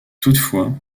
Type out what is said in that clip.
toutefois